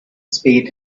spade